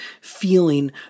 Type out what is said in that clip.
feeling